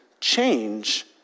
change